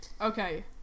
Okay